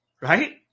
right